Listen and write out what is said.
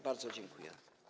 Bardzo dziękuję.